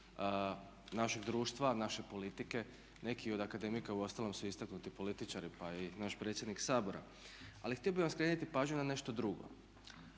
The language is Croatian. našeg društva, naše politike. Neki od akademika u ostalom su istaknuti političari pa i naš predsjednik Sabora, ali htio bi vam skrenuti pažnju na nešto drugo